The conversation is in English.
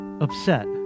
Upset